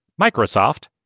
Microsoft